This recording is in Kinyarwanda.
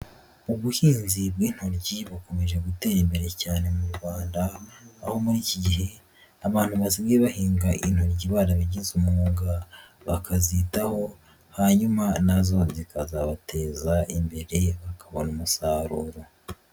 Ubuhinzi bw'intoryi bukomeje gutera imbere cyane mu Rwanda, aho muri iki gihe abantu basigaye bahinga intoryi barabigize umwuga bakazitaho hanyuma na zo zikazabateza imbere bakabona umusaruro.